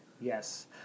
Yes